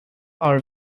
are